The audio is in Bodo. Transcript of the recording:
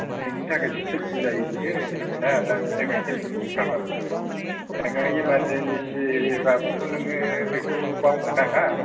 नोंनि थाखायसो सेफटि जायो बियो हेलमेटा दा बिनि थाखाय हेलमेट हमथारनांगौ जायो नोङो इमारजिनसिबाबोथ' नोङो बेखौ बावनो नाङा